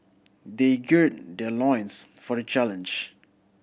they gird their loins for the challenge